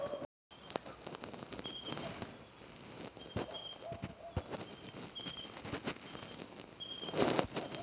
तू मागच्या शेअरचे सगळे पैशे दिलंस काय?